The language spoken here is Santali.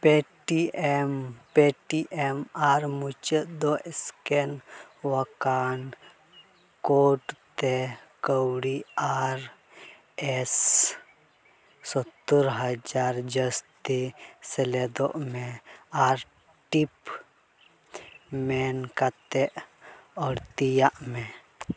ᱟᱨ ᱢᱩᱪᱟᱹᱫ ᱫᱚ ᱚᱣᱠᱟᱱ ᱛᱮ ᱠᱟᱹᱣᱰᱤ ᱥᱚᱛᱛᱚᱨ ᱦᱟᱡᱟᱨ ᱡᱟᱹᱥᱛᱤ ᱥᱮᱞᱮᱫᱚᱜ ᱢᱮ ᱟᱨ ᱴᱤᱯ ᱢᱮᱱ ᱠᱟᱛᱮᱫ ᱟᱹᱲᱛᱤᱭᱟᱜ ᱢᱮ